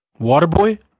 Waterboy